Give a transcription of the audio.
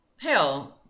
hell